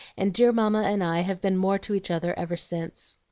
and dear mamma and i have been more to each other ever since.